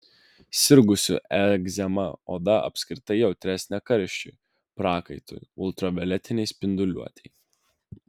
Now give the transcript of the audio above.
sirgusių egzema oda apskritai jautresnė karščiui prakaitui ultravioletinei spinduliuotei